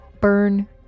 Burn